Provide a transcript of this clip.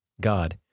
God